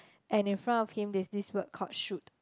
and in front of him there's this word called shoot